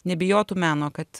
nebijotų meno kad